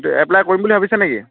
এইটো এপ্লাই কৰিম বুলি ভাবিছা নেকি